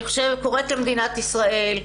אני קוראת למדינת ישראל,